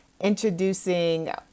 introducing